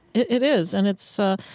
it is. and it's, ah,